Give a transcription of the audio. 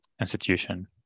institution